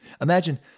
Imagine